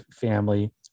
family